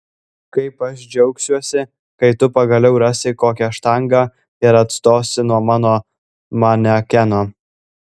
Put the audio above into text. kaip aš džiaugsiuosi kai tu pagaliau rasi kokią štangą ir atstosi nuo mano manekeno